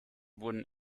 wurden